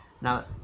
now